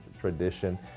tradition